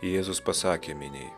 jėzus pasakė miniai